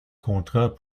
contrats